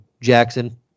Jackson